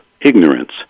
ignorance